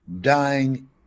Dying